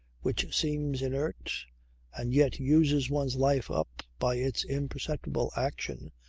which seems inert and yet uses one's life up by its imperceptible action,